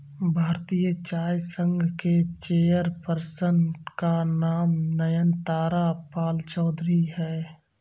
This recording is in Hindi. भारतीय चाय संघ के चेयर पर्सन का नाम नयनतारा पालचौधरी हैं